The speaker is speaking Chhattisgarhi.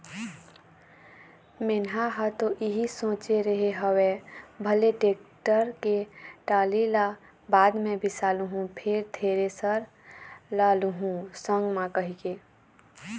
मेंहा ह तो इही सोचे रेहे हँव भले टेक्टर के टाली ल बाद म बिसा लुहूँ फेर थेरेसर ल लुहू संग म कहिके